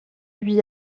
lui